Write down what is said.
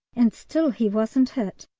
and still he wasn't hit.